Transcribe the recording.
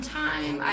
time